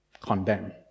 condemn